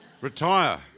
Retire